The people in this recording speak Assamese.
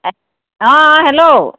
অ' অ' হেল্ল'